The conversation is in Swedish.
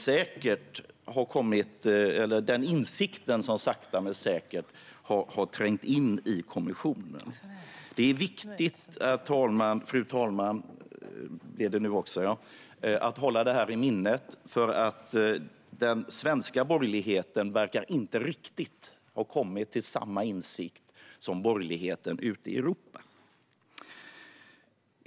Det är den insikten som sakta men säkert har trängt in i kommissionen. Det är viktigt att hålla detta i minnet, fru talman, för den svenska borgerligheten verkar inte ha kommit till riktigt samma insikt som borgerligheten ute i Europa.